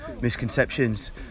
misconceptions